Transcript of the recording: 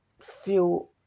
feel